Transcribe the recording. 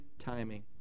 timing